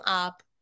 up